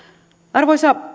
arvoisa